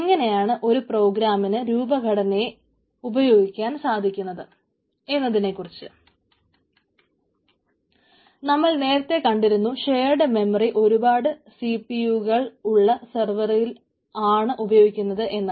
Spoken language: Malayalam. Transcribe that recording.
എങ്ങനെയാണ് ഒരു പ്രോഗ്രാമിന് രൂപഘടനകളെ ഉപയോഗിക്കുവാൻ സാധിക്കുന്നത് എന്നതിനെ കുറിച്ച് നമ്മൾ നേരത്തെ കണ്ടിരുന്നു ഷെയേഡ് മെമ്മറി ഒരുപാട് CPU കൾ ഉള്ള സർവറുകളിൽ ആണ് ഉപയോഗിക്കപ്പെടുന്നത് എന്ന്